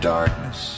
darkness